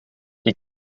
die